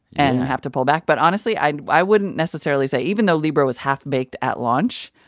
and had to pull back. but honestly, i and i wouldn't necessarily say even though libra was half-baked at launch,